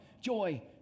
joy